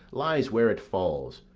lies where it falls,